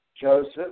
Joseph